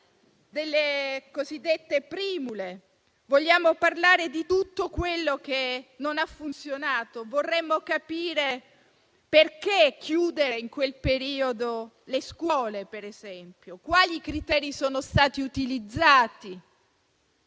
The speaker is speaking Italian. delle cosiddette primule, vogliamo parlare di tutto quello che non ha funzionato e vorremmo capire perché chiudere in quel periodo le scuole, per esempio, e quali criteri sono stati utilizzati,